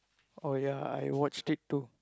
oh ya I watched it too